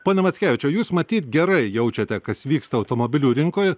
pone mackevičiau jūs matyt gerai jaučiate kas vyksta automobilių rinkoje